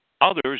Others